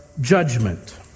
judgment